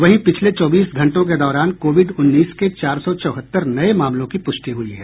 वहीं पिछले चौबीस घंटों के दौरान कोविड उन्नीस के चार सौ चौहत्तर नये मामलों की पुष्टि हुई है